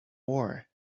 war